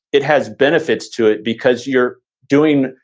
it has benefits to it, because you're doing,